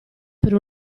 per